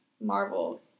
Marvel